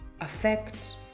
affect